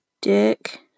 dick